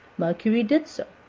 mercury did so,